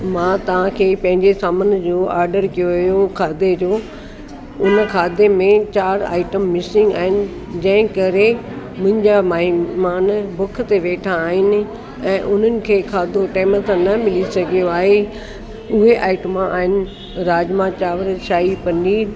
मां तव्हांखे पंहिंजे सामान जो ऑडर कयो हुओ खाधे जो उन खाधे में चार आईटम मिसिंग आहिनि जंहिं करे मुंहिंजा महिमान बुख ते वेठा आहिनि ऐं उन्हनि खे खाधो टेम सां न मिली सघियो आहे इहे आईटम आहिनि राजमा चांवर शाही पनीर